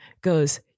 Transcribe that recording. goes